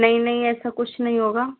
नहीं नहीं ऐसा कुछ नहीं होगा